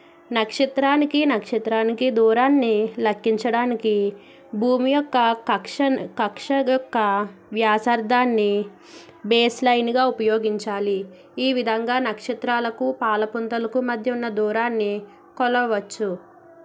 నక్షత్రానికి నక్షత్రానికి దూరాన్ని లెక్కించడానికి భూమి యొక్క కక్షన్ కక్ష యొక్క వ్యాసార్ధాన్ని బేస్లైన్గా ఉపయోగించాలి ఈ విధంగా నక్షత్రాలకు పాలపుంతలకు మధ్య ఉన్న దూరాన్ని కొలవచ్చు